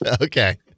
Okay